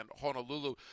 Honolulu